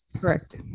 Correct